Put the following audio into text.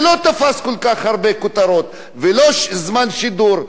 זה לא תפס כל כך הרבה כותרות ולא זמן שידור,